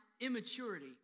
immaturity